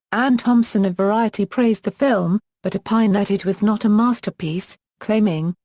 anne thompson of variety praised the film, but opined that it was not a masterpiece, claiming,